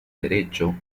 derecho